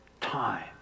time